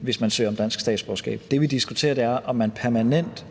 hvis man søger om dansk statsborgerskab. Det, vi diskuterer, er, om man permanent,